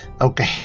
Okay